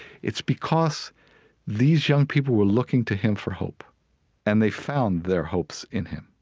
it's because these young people were looking to him for hope and they found their hopes in him.